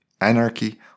Anarchy